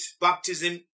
baptism